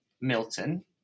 Milton